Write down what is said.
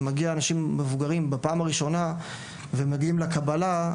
אם מגיעים אנשים מבוגרים בפעם הראשונה ומגיעים לקבלה,